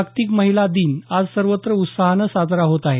जागतिक महिला दिन आज सर्वत्र उत्साहानं साजरा होत आहे